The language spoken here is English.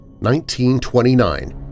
1929